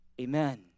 Amen